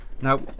Now